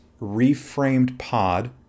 reframedpod